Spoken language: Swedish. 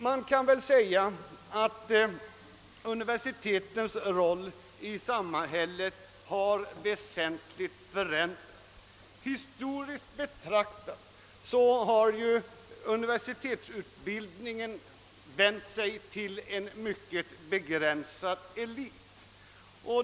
Man kan väl säga att universitetens roll i samhället har förändrats väsentligt. Historiskt betraktat har ju universitetsutbildningen vänt sig till en mycket begränsad elit.